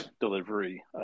delivery